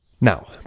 Now